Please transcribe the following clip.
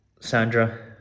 Sandra